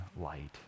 light